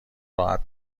راحت